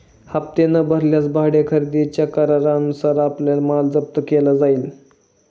हप्ते न भरल्यास भाडे खरेदीच्या करारानुसार आपला माल जप्त केला जाईल